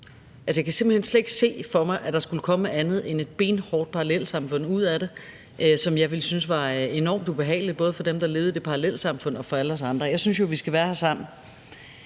hen slet ikke se for mig, at der skulle komme andet end et benhårdt parallelsamfund ud af det, hvilket jeg synes ville være enormt ubehageligt, både for dem, der skulle leve i det parallelsamfund, og for alle os andre. Jeg synes jo, vi skal være her sammen.